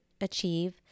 achieve